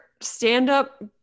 stand-up